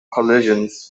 collisions